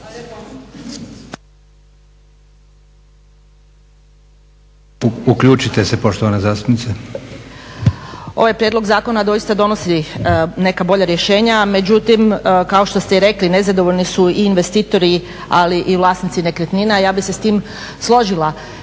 Uključite se poštovana zastupnice./…